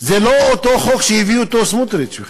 זה לא אותו חוק שהביא סמוטריץ בכלל,